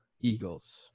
Eagles